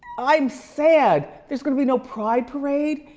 i'm sad, there's going to be no pride parade.